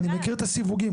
אני מכיר את הסיווגים,